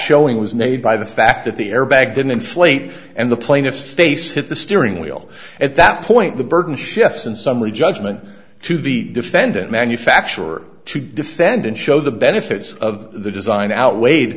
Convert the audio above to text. showing was made by the fact that the airbag didn't inflate and the plaintiffs face hit the steering wheel at that point the burden shifts in summary judgment to the defendant manufacturer to defendant show the benefits of the design outweighed